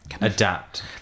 Adapt